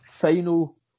final